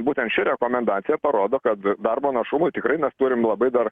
būtent ši rekomendacija parodo kad darbo našumui tikrai mes turim labai dar